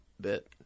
bit